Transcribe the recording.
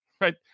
right